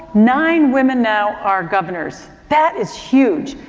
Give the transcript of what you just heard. nine women now are governors. that is huge.